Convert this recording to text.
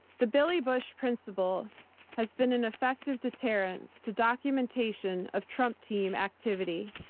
the billy bush principle has been an effective deterrent to documentation of trump team activity.